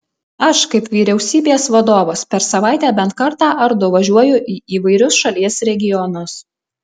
aš kaip vyriausybės vadovas per savaitę bent kartą ar du važiuoju į įvairius šalies regionus